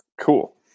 Cool